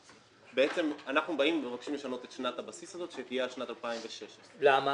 אנחנו באים ומבקשים לשנות את שנת הבסיס הזאת שתהיה שנת 2016. למה?